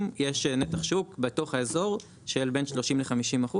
יש נתח שוק בתוך האזור של בן 30 ל ,50%,